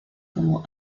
como